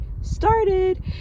started